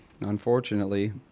unfortunately